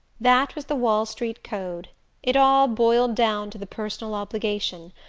that was the wall street code it all boiled down to the personal obligation,